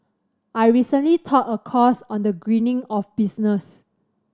I recently taught a course on the greening of business